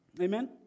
Amen